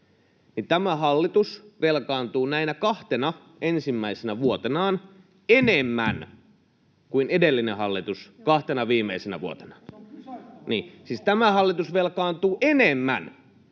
niin tämä hallitus velkaantuu näinä kahtena ensimmäisenä vuotenaan enemmän kuin edellinen hallitus kahtena viimeisenä vuotenaan [Antti Kurvinen: Se on